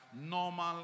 normal